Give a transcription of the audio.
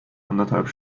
anderthalb